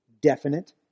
definite